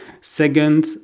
Second